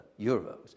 euros